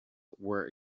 were